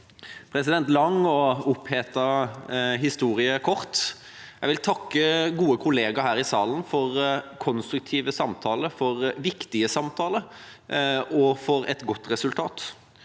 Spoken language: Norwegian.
gjøre en lang og opphetet historie kort: Jeg vil takke gode kolleger her i salen for konstruktive samtaler, for viktige samtaler og for et godt resultat.